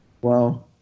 Wow